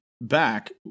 back